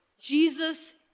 Jesus